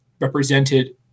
represented